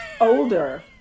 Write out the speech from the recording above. older